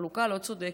חלוקה לא צודקת.